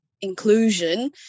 inclusion